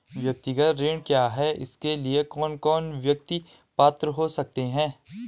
व्यक्तिगत ऋण क्या है इसके लिए कौन कौन व्यक्ति पात्र हो सकते हैं?